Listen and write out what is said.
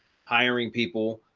hiring people,